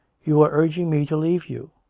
you are urging me to leave you.